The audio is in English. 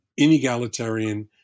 inegalitarian